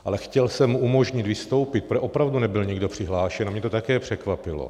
Ale chtěl jsem mu umožnit vystoupit, protože opravdu nebyl nikdo přihlášen, a mě to také překvapilo.